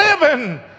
living